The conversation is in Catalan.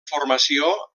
formació